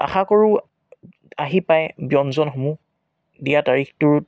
আশা কৰোঁ আহি পায় ব্যঞ্জনসমূহ দিয়া তাৰিখটোত